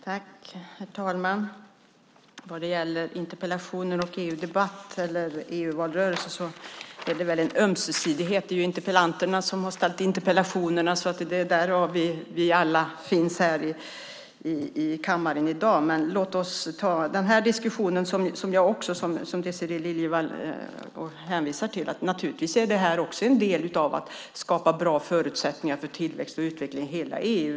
Herr talman! Vad det gäller interpellationer och EU-valrörelsen är det väl en ömsesidighet. Det är ju interpellanterna som har ställt interpellationerna. Det är därför vi alla finns här i kammaren i dag. Men låt oss ta den diskussion som Désirée Liljevall hänvisar till! Naturligtvis är det här också en del i att skapa bra förutsättningar för tillväxt och utveckling i hela EU.